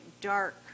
dark